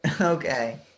Okay